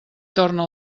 torna